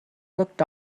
looked